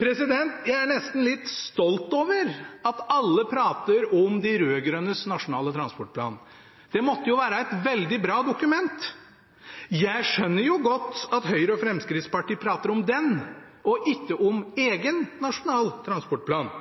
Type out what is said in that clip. Jeg er nesten litt stolt over at alle prater om de rød-grønnes nasjonale transportplan. Det måtte jo være et veldig bra dokument. Jeg skjønner godt at Høyre og Fremskrittspartiet prater om den, og ikke om egen nasjonal transportplan.